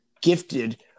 gifted